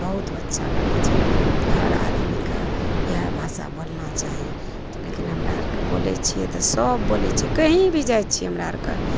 बहुत अच्छा लगै छै हर आदमीके इएह भाषा बोलना चाही लेकिन हमरा आरके बोलैत छियै तऽ सब बोलैत छियै कही भी जाइत छियै हमरा आरके